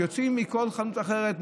יוצאים מכל חנות אחרת,